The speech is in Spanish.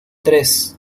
tres